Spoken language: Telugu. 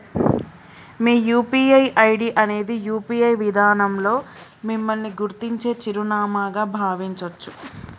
మీ యూ.పీ.ఐ ఐడి అనేది యూ.పీ.ఐ విధానంలో మిమ్మల్ని గుర్తించే చిరునామాగా భావించొచ్చు